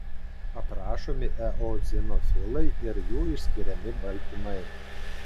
aprašomi eozinofilai ir jų išskiriami baltymai